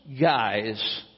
guys